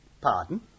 Pardon